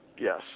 yes